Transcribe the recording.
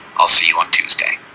i'll see you on tuesday